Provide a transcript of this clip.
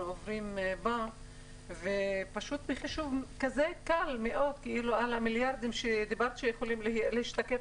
עוברים ובחישוב קל של המיליארדים שיכולים להשתקף